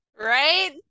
Right